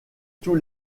tous